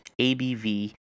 ABV